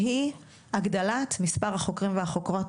שהיא הגדלת מספר החוקרים והחוקרות